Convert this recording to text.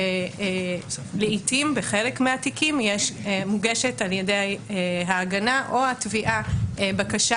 לעתים בחלק מהתיקים מוגשת על ידי ההגנה או התביעה בקשה